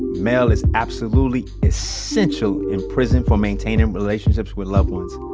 mail is absolutely essential in prison for maintaining relationships with loved ones.